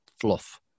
fluff